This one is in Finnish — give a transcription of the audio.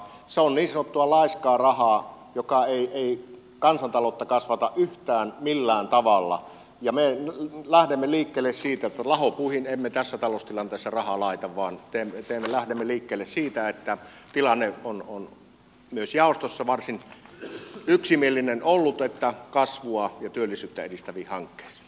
se on niin sanottua laiskaa rahaa joka ei kansantaloutta kasvata yhtään millään tavalla ja me lähdemme liikkeelle siitä että lahopuihin emme tässä taloustilanteessa rahaa laita vaan lähdemme liikkeelle siitä tässä tilanteessa on myös jaosto varsin yksimielinen ollut että sitä laitetaan kasvua ja työllisyyttä edistäviin hankkeisiin